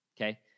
okay